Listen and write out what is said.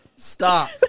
Stop